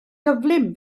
gyflym